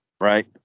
right